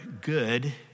good